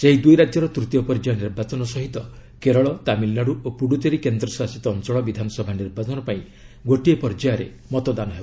ସେହି ଦୁଇ ରାଜ୍ୟର ତୂତୀୟ ପର୍ଯ୍ୟାୟ ନିର୍ବାଚନ ସହିତ କେରଳ ତାମିଲନାଡୁ ଓ ପୁଡୁଚେରୀ କେନ୍ଦ୍ର ଶାସିତ ଅଞ୍ଚଳ ବିଧାନସଭା ନିର୍ବାଚନ ପାଇଁ ଗୋଟିଏ ପର୍ଯ୍ୟାୟରେ ମତଦାନ ହେବ